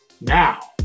Now